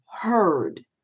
heard